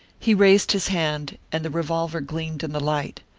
he raised his hand and the revolver gleamed in the light.